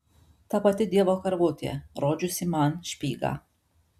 ta pati dievo karvutė rodžiusi man špygą